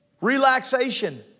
Relaxation